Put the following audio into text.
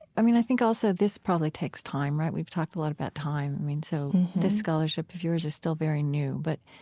i mean, i think also this probably takes time, right? we've talked a lot about time, so this scholarship of yours is still very new. but